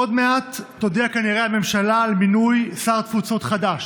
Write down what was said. עוד מעט תודיע כנראה הממשלה על מינוי שר תפוצות חדש,